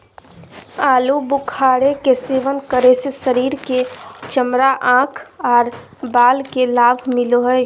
आलू बुखारे के सेवन करे से शरीर के चमड़ा, आंख आर बाल के लाभ मिलो हय